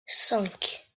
cinq